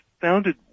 founded